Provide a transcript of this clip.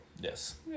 Yes